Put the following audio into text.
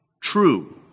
true